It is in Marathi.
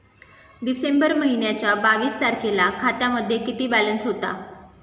डिसेंबर महिन्याच्या बावीस तारखेला खात्यामध्ये किती बॅलन्स होता?